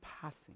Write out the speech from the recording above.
passing